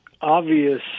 obvious